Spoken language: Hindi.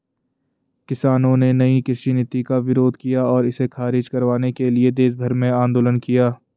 किसानों ने नयी कृषि नीति का विरोध किया और इसे ख़ारिज करवाने के लिए देशभर में आन्दोलन किया